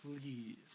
please